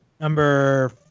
number